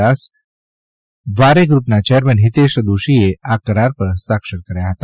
દાસ વારે ગ્રુપના ચેરમેન હિતેશ દોશીએ આ કરાર પર હસ્તાક્ષર કર્યા હતા